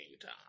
time